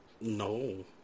No